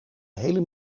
hele